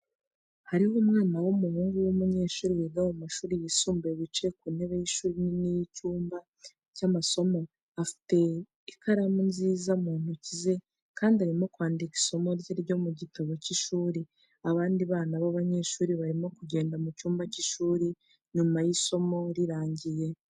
Hariho umwana w'umuhungu w'umunyeshuri wiga mu mashuri yisumbuye wicaye ku ntebe y'ishuri nini y'icyumba cy'amasomo, afite ikaramu nziza mu ntoki ze, kandi arimo kwandika isomo rye ryo mu gitabo cy'ishuri. Abandi bana b'abanyeshuri barimo kugenda mu cyumba cy'ishuri nyuma y'isomo rirangiye.